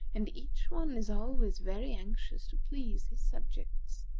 and each one is always very anxious to please his subjects.